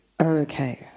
Okay